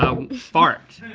fart.